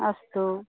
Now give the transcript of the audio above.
अस्तु